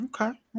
Okay